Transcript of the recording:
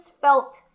felt